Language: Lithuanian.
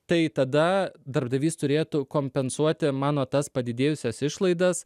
tai tada darbdavys turėtų kompensuoti mano tas padidėjusias išlaidas